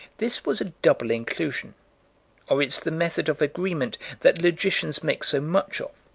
this was a double inclusion or it's the method of agreement that logicians make so much of.